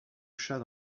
chat